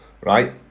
right